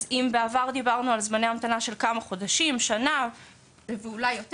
אז אם בעבר דיברנו על זמני המתנה של כמה חודשים שנה אולי יותר